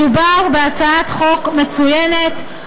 מדובר בהצעת חוק מצוינת,